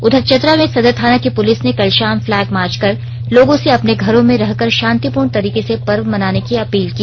उधर चतरा में सदर थाना की पुलिस ने कल शाम फ्लैग मार्च कर लोगों से अपने घरों में रहकर शांतिपूर्ण तरीके से पर्व मनाने की अपील की